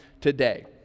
today